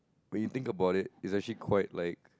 when you think about it it's actually quite like